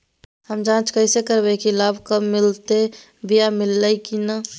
हम जांच कैसे करबे की लाभ कब मिलते बोया मिल्ले की न?